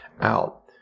out